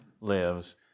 lives